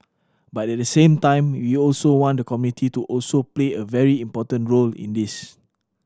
but at the same time we also want the community to also play a very important role in this